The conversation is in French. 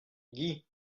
guy